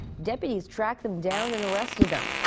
deputies tracked them down and arrested them.